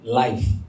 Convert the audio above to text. life